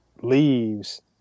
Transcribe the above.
leaves